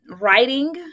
writing